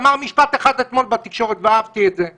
אמר משפט אחד אתמול בתקשורת ואהבתי את זה,